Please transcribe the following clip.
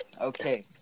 Okay